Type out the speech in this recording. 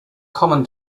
common